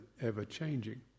ever-changing